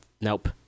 nope